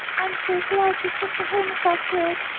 i'm so glad you took the helmets off, gregg.